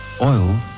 Oil